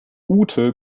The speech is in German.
ute